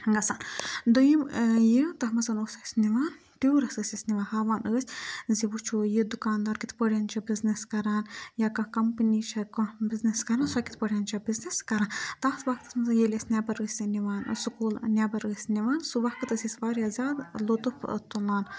گژھان دوٚیِم یہِ تَتھ منٛز اوس اَسہِ نِوان ٹیوٗرَس ٲسۍ سہِ نِوان ہَاوان ٲسۍ زِ وٕچھو یہِ دُکاندار کِتھ پٲٹھۍ چھِ بِزنٮِس کَران یا کانٛہہ کَمپٔنی چھےٚ کانٛہہ بِزنٮِس کَران سۄ کِتھ پٲٹھۍ چھےٚ بِزنٮِس کَران تَتھ وقتَس منٛز ییٚلہِ أسۍ نٮ۪بر ٲسۍ نِوان سکوٗل نٮ۪بر ٲسۍ نِوان سُہ وَقت ٲسۍ أسۍ واریاہ زیادٕ لُطُف تُلان